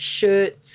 shirts